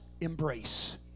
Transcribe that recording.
embrace